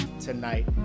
tonight